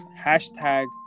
Hashtag